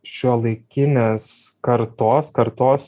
šiuolaikinės kartos kartos